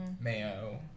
Mayo